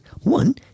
one